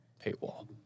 paywall